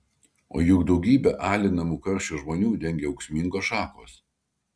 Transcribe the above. o juk daugybę alinamų karščio žmonių dengia ūksmingos šakos